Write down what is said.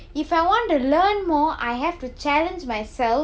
if I want to learn more I have to challenge myself